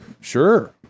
Sure